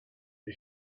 for